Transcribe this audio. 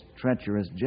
treacherous